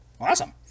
Awesome